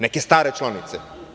Neke stare članice.